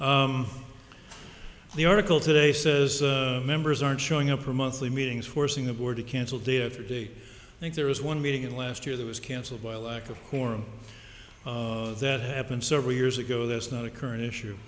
yeah the article today says members aren't showing up for monthly meetings forcing the board to cancel day after day i think there is one meeting in last year that was cancelled by lack of form that happened several years ago there's not a current issue